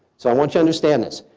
so i want to understand this.